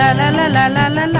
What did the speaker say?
la la la la la